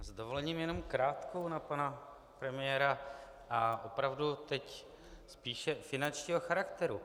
Já s dovolením jenom krátkou na pana premiéra a opravdu teď spíše finančního charakteru.